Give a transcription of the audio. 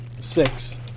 Six